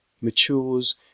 matures